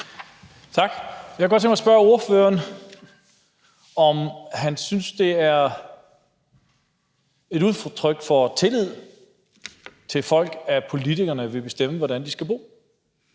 Tak. Jeg kunne godt tænke mig at spørge ordføreren, om han synes, det er et udtryk for tillid til folk, at politikerne vil bestemme, hvordan de skal bo.